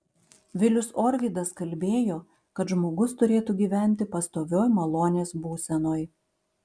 vilius orvydas kalbėjo kad žmogus turėtų gyventi pastovioj malonės būsenoj